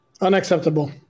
Unacceptable